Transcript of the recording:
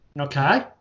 Okay